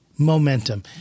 momentum